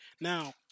Now